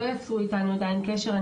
לא יצרו איתנו עדיין קשר בנוגע לזה.